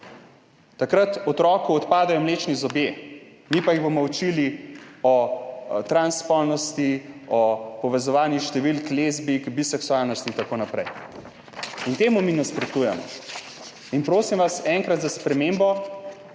Takrat otroku odpadejo mlečni zobje, mi pa jih bomo učili o transspolnosti, o povezovanju številk lezbijk, biseksualnosti in tako naprej. Temu mi nasprotujemo. In prosim vas, enkrat za spremembo,